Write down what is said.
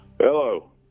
Hello